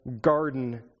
garden